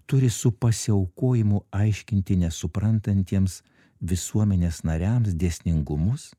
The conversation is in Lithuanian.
turi su pasiaukojimu aiškinti nesuprantantiems visuomenės nariams dėsningumus